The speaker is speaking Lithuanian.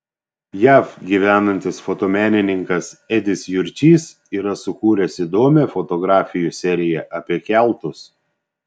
jav gyvenantis fotomenininkas edis jurčys yra sukūręs įdomią fotografijų seriją apie keltus